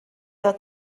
ddod